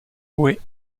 jouer